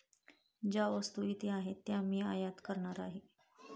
ज्या वस्तू इथे आहेत त्या मी आयात करणार आहे